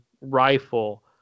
rifle